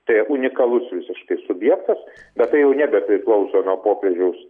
tai unikalus visiškai subjektas bet tai jau nebepriklauso nuo popiežiaus